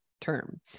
term